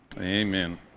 Amen